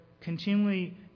continually